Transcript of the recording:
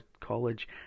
college